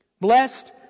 Blessed